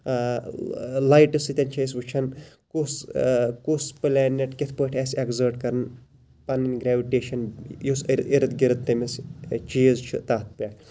لایٹہِ سۭتۍ چھِ أسۍ وٕچھان کُس کُس پلینٹ کِتھ پٲٹھۍ آسہِ ایٚگزٲٹ کَرزان پَنٕنۍ گریٚوِٹیشَن یُس اِرد گِرد تٔمِس چیٖز چھُ تَتھ پٮ۪ٹھ